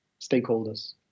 stakeholders